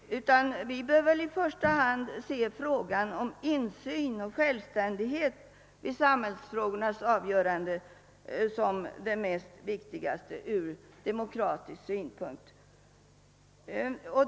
Vi bör se insyn. och självständighet i samhällsfrågornas avgörande som det viktigaste ur: demokratisk synpunkt.